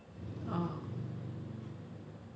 oh